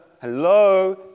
Hello